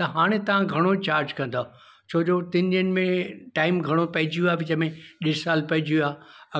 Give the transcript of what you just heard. त हाणे तव्हां घणो चार्ज कंदो छो जो टिनि ॾींहनि में टाइम घणो पइजी वियो विच में ॿी साल पइजी विया